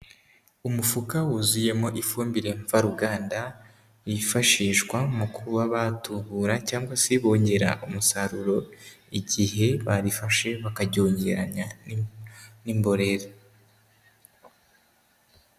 Umufuka wuzuyemo ifumbire mvaruganda yifashishwa mu kuba batubura cyangwa se bongera umusaruro, igihe barifashe bakaryogeranya n'imborera.